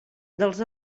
dels